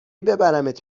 ببرمت